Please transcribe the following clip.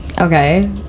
Okay